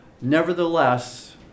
Nevertheless